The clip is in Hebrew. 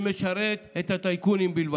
שמשרת את הטייקונים בלבד.